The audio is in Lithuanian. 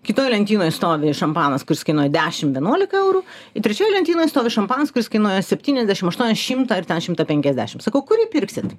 kitoj lentynoj stovi šampanas kuris kainuoja dešimt vienuolika eurų ir trečioj lentynoje stovi šampanas kuris kainuoja septyniasdešim aštuonias šimtą ar ten šimtą penkiasdešim sakau kurį pirksit